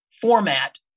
format